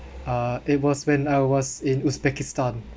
uh it was when I was in uzbekistan